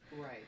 right